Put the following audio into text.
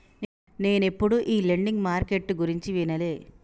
నేనెప్పుడు ఈ lending market గురించి వినలే